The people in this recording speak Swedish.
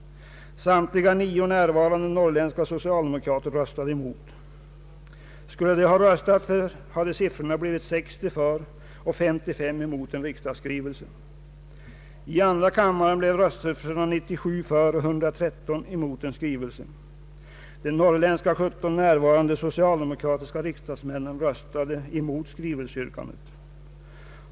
Samtliga 9 närvarande norrländska socialdemokrater röstade emot. Skulle de ha röstat för hade siffrorna blivit 60 för och 55 emot en riksdagsskrivelse. I andra kammaren blev röstsiffrorna 97 för och 113 emot en skrivelse. De norrländska 17 närvarande socialdemokratiska riksdagsmännen röstade emot skrivelseyrkandet.